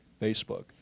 Facebook